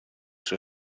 sue